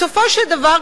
בסופו של דבר,